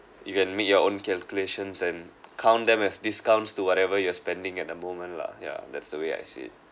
you can make your own calculations and count them as discounts to whatever you are spending at the moment lah ya that's the way I see